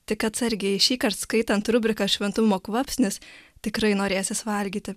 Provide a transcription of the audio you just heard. tik atsargiai šįkart skaitant rubriką šventumo kvapsnis tikrai norėsis valgyti